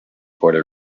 puerto